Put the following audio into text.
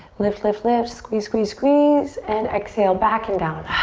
lift, lift, lift, squeeze, squeeze, squeeze. and exhale, back and down.